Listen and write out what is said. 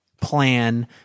plan